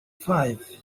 fife